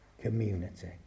community